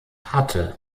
hatte